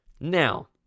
Now